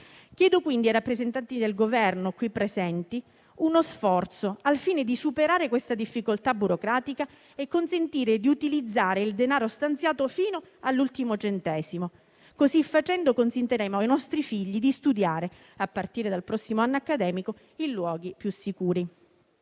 Chiedo quindi ai rappresentanti del Governo qui presenti uno sforzo al fine di superare questa difficoltà burocratica e consentire di utilizzare il denaro stanziato fino all'ultimo centesimo. Così facendo, consentiremo ai nostri figli, a partire dal prossimo anno accademico, di studiare in luoghi più sicuri.